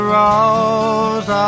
rose